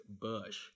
bush